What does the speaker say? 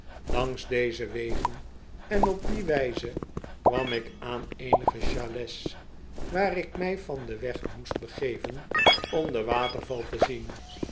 langs deze wegen en op die wijze kwam ik aan eenige chalets waar ik mij van den weg moest begeven om den waterval te zien